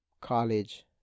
college